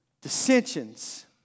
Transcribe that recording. dissensions